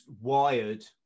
wired